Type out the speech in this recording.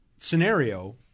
scenario